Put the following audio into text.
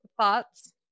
thoughts